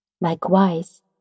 Likewise